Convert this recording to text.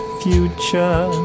future